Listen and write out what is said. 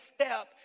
step